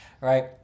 right